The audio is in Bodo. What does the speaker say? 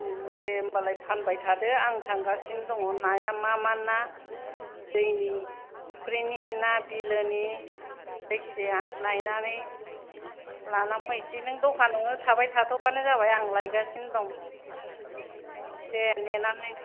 दे ओमबालाय फानबाय थादो आं थांगासिनो दङ नाया मा मा ना दैनि फुक्रिनि ना बिलोनि जायखिजाया नायनानै लानानै फैसै नों दखानावनो थाबाय थाथबानो जाबाय आं लायगासिनो दं दे नेनानै